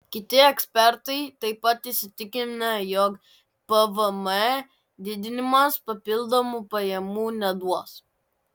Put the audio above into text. kiti ekspertai taip pat įsitikinę jog pvm didinimas papildomų pajamų neduos